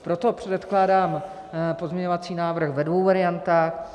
Proto předkládám pozměňovací návrh ve dvou variantách.